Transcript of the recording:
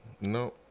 No